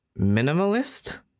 minimalist